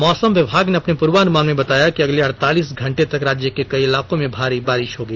मौसम विभाग ने अपने पूर्वानुमान में बताया है कि अगले अड़तालीस घंटे तक राज्य के कई इलाकों में भारी बारिश होगी